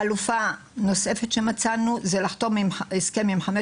חלופה נוספת שמצאנו היא לחתום הסכם עם 5